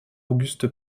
auguste